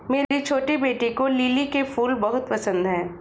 मेरी छोटी बेटी को लिली के फूल बहुत पसंद है